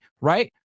right